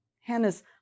Hannah's